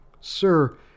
Sir